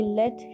let